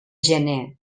gener